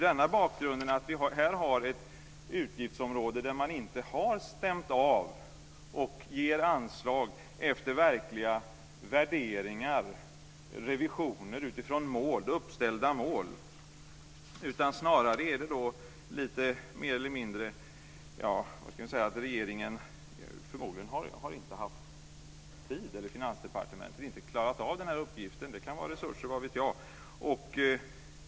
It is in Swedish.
Här har vi ett utgiftsområde där man inte har stämt av så att man ger anslag efter verkliga värderingar, revisioner och uppställda mål. Det är snarare så att regeringen och Finansdepartementet förmodligen inte har klarat av den här uppgiften. Det kanske beror på resurser. Vad vet jag?